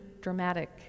dramatic